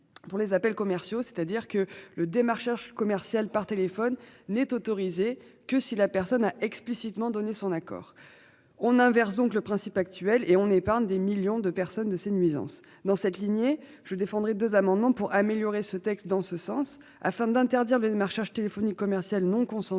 Dont les appels commerciaux, c'est-à-dire que le démarchage commercial par téléphone n'est autorisée que si la personne a explicitement donné son accord. On inverse donc le principe actuel et on épargne des millions de personnes de ces nuisances dans cette lignée je défendrai 2 amendements pour améliorer ce texte dans ce sens afin d'interdire le démarchage téléphonique commercial non consentie